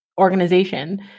organization